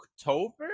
October